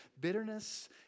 bitterness